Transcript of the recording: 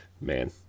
Man